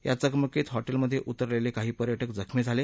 या चकमकीत हॉटेलमधे उतरलेले काही पर्यटक जखमी झाले